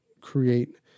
create